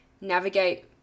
navigate